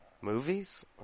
Movies